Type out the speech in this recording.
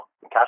cash